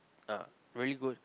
ah really good